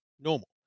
normal